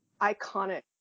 iconic